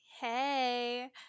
Hey